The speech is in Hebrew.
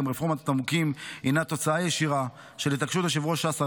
גם רפורמת התמרוקים הינה תוצאה ישירה של התעקשות יושב-ראש ש"ס,